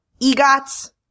EGOTs